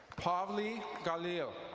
pavli galeel.